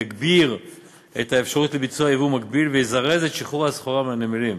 יגביר את האפשרות לביצוע ייבוא מקביל ויזרז את שחרור הסחורה מהנמלים,